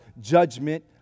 judgment